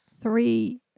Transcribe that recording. Three